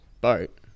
boat